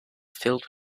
filled